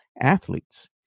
athletes